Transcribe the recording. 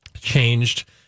changed